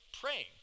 praying